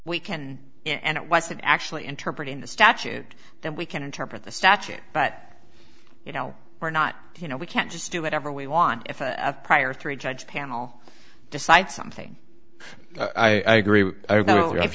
we can and it wasn't actually interpret in the statute that we can interpret the statute but you know we're not you know we can't just do whatever we want if a prior three judge panel decide something i agree